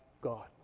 God